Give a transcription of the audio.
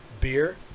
beer